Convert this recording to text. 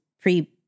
pre